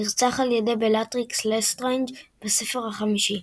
נרצח על ידי בלטריקס לסטריינג' בספר החמישי.